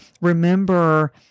remember